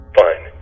fine